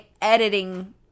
editing